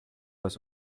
aus